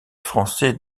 français